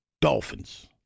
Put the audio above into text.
Dolphins